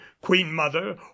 Queen-mother